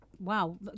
Wow